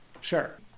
Sure